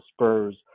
Spurs